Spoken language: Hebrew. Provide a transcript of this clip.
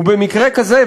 ובמקרה כזה,